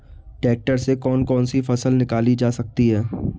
Tractor से कौन कौनसी फसल निकाली जा सकती हैं?